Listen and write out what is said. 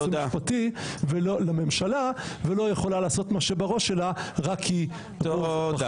המשפטי לממשלה ולא יכולה לעשות מה שבראש שלה רק כי --- תודה.